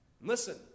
Listen